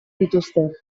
dituzte